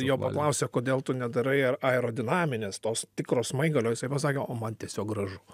jo paklausė kodėl tu nedarai aerodinaminės tos tikro smaigalio jisai pasakė o man tiesiog gražu